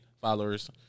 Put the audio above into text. followers